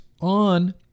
on